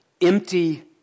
Empty